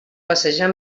passejar